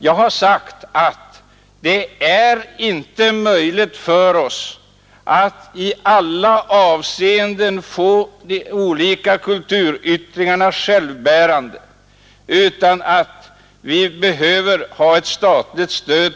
Jag har sagt att det inte är möjligt för oss att i alla avseenden få de olika kulturyttringarna ekonomiskt självbärande och att det därför behövs ett statligt stöd.